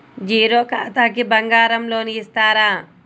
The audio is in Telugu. జీరో ఖాతాకి బంగారం లోన్ ఇస్తారా?